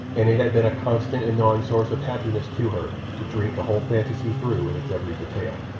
and it had been a constant and gnawing source of happiness to her to dream the whole fantasy through in its every detail.